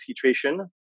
situation